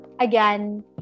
again